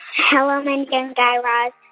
hello, mindy and guy raz.